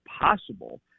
possible